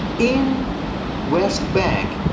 in west bank,